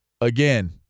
again